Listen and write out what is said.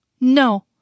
No